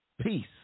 peace